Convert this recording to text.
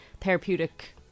therapeutic